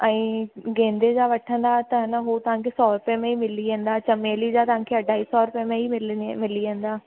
ऐं गेंदे जा वठंदा त आहे न हूअ तव्हांखे सौ रुपये में ई मिली वेंदा चमेली जा तव्हांखे अढाई सौ रुपये में ई मिली वेंदा